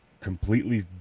completely